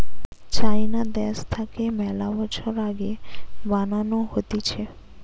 চাইনা দ্যাশ থাকে মেলা বছর আগে থাকে বানানো হতিছে